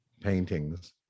paintings